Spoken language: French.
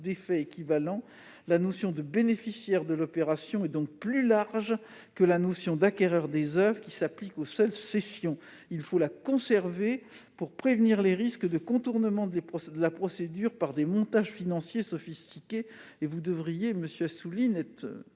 d'effet équivalent. La notion de « bénéficiaire de l'opération » est donc plus large que la notion d'« acquéreurs des oeuvres » qui s'applique aux seules cessions. Il faut la conserver pour prévenir les risques de contournement de la procédure par des montages financiers sophistiqués. Monsieur Assouline,